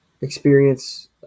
experience